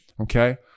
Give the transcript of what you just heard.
Okay